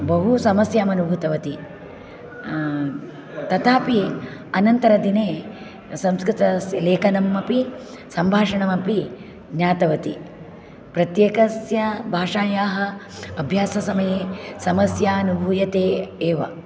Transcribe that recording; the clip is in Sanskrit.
बहु समस्याम् अनुभूतवती तथापि अनन्तरदिने संस्कृतस्य लेखनम् अपि सम्भाषणमपि ज्ञातवती प्रत्येकस्य भाषायाः अभ्याससमये समस्यानुभूयते एव